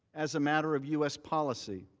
as a matter of u s. policy